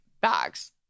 bags